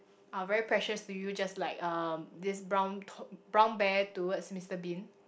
uh very precious to you just like um this brown toy brown bear towards Mister Bean